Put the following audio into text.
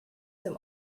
some